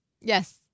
Yes